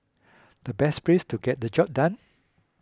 the best place to get the job done